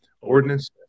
ordinance